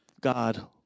God